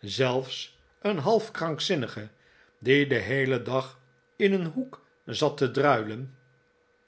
zelfs een half krankzinnige die den heelen dag in een hoek zat te druilen